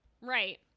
Right